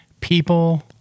people